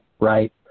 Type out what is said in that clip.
Right